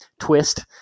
twist